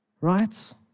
Right